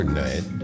night